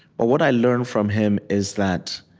but what i learned from him is that